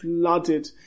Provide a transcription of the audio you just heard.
flooded